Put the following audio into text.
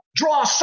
Draw